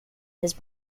his